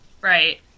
Right